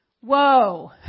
Whoa